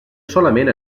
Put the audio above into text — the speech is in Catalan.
solament